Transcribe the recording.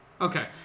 Okay